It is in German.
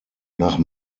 nach